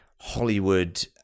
Hollywood